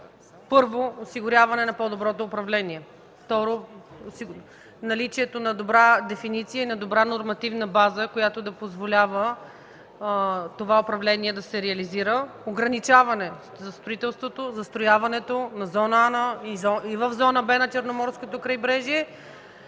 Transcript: Първо, осигуряване на по-доброто управление. Второ, наличието на добра дефиниция и добра нормативна база, която да позволява това управление да се реализира – ограничаване на строителството, застрояването на зона „А” и зона „Б” на Черноморското крайбрежие.